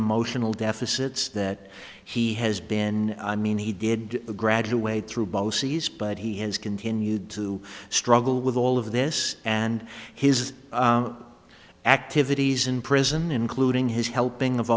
emotional deficits that he has been i mean he did graduate through bosis but he has continued to struggle with all of this and his activities in prison including his helping of